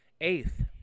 Eighth